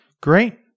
Great